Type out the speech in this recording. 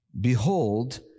behold